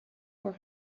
four